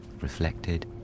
reflected